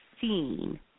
seen